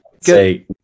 Say